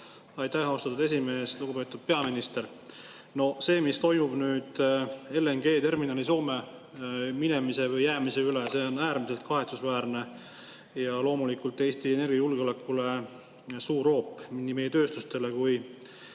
Aitäh, austatud esimees! Lugupeetud peaminister! See, mis toimub nüüd LNG-terminali Soome minemise või jäämise üle, on äärmiselt kahetsusväärne ja loomulikult suur hoop Eesti energiajulgeolekule, nii meie tööstustele kui